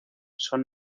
son